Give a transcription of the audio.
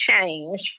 change